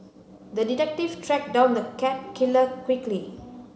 the detective tracked down the cat killer quickly